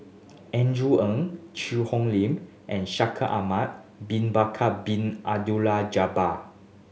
Andrew Ang Cheang Hong Lim and Shaikh Ahmad Bin Bakar Bin Abdullah Jabbar